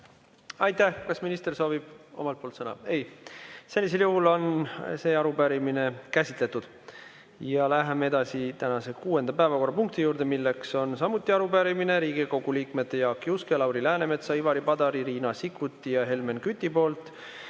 Aitäh! Kas minister soovib omalt poolt sõna? Ei. Sellisel juhul on see arupärimine käsitletud. Läheme tänase kuuenda päevakorrapunkti juurde. See on samuti arupärimine: Riigikogu liikmete Jaak Juske, Lauri Läänemetsa, Ivari Padari, Riina Sikkuti ja Helmen Küti 5.